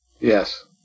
Yes